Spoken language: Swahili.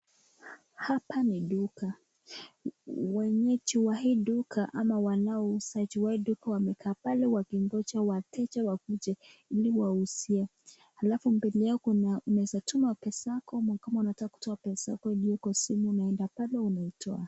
Hapa ni duka, wenyeji wa hii duka ama wanaouza juu wa hii duka wamekaa pale wakingoja wateja wakuje ili wauzie, alafu mbele yao kuna unaweza tuma pesa yako ama kama unataka kutoa pesa kwa simu unaenda pale unaitoa.